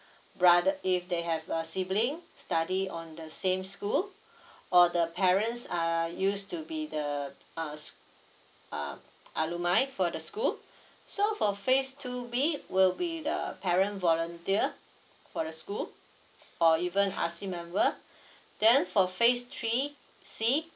brothe~ if they have a sibling study on the same school or the parents uh used to be the uh uh alumni for the school so for phase two b will be the parent volunteer for the school or even member then for phase three c